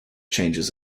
changes